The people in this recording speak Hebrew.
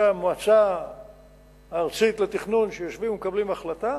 המועצה הארצית לתכנון שיושבים ומקבלים החלטה,